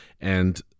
and-